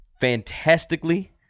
fantastically